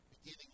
beginning